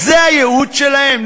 אז זה הייעוד שלהן?